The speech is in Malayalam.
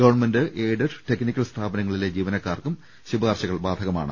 ഗവൺമെന്റ് എയ്ഡഡ് ടെക് നിക്കൽ സ്ഥാപനങ്ങളിലെ ജീവനക്കാർക്കും ശുപാർശകൾ ബാധകമാണ്